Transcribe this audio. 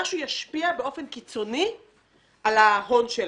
משהו שישפיע באופן קיצוני על ההון שלה.